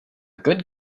good